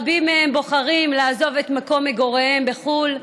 רבים מהם בוחרים לעזוב את מקום מגוריהם בחו"ל,